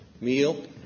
meal